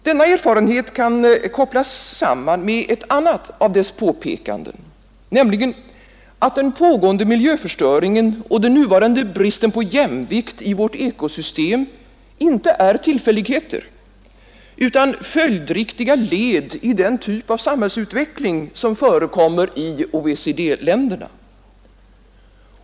Denna erfarenhet kan kopplas samman med ett annat av dess påpekanden: att den pågående miljöförstöringen och den nuvarande bristen på jämvikt i vårt ekosystem inte är tillfälligheter utan följdriktiga led i den typ av samhällsutveckling som förekommer i OECD-länderna.